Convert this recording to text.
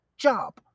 job